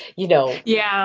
you know, yeah